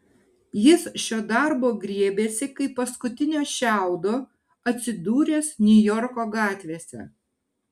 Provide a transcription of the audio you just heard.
jis šio darbo griebėsi kaip paskutinio šiaudo atsidūręs niujorko gatvėse